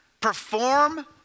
perform